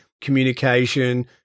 communication